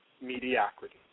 mediocrity